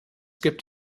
gibt